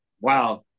Wow